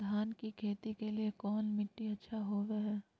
धान की खेती के लिए कौन मिट्टी अच्छा होबो है?